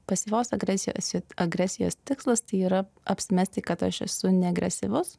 pasyvios agresijos agresijos tikslas tai yra apsimesti kad aš esu neagresyvus